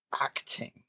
acting